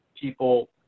people